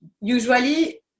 usually